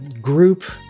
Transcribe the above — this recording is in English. group